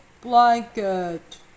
blanket